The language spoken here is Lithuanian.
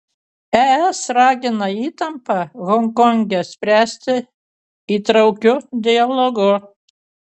es ragina įtampą honkonge spręsti įtraukiu dialogu